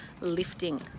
lifting